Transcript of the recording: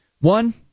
One